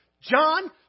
John